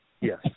Yes